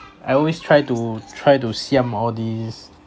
I always try to try to siam all these